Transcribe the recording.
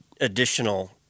additional